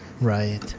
Right